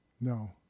No